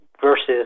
versus